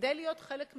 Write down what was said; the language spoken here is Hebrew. כדי להיות חלק מחברה,